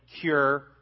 cure